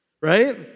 right